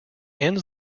ends